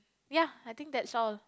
ya I think that's all